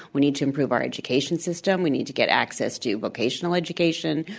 we need to improve our education system. we need to get access to vocational education.